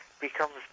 becomes